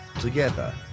Together